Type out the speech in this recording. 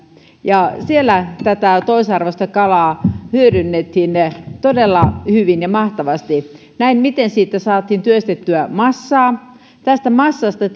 ja siellä tätä toisarvoista kalaa hyödynnettiin todella hyvin ja mahtavasti näin miten siitä saatiin työstettyä massaa tästä massasta